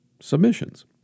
submissions